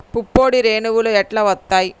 పుప్పొడి రేణువులు ఎట్లా వత్తయ్?